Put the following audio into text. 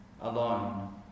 alone